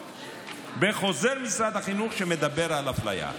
בחוזר משרד החינוך שמדבר על אפליה.